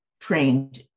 trained